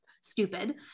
stupid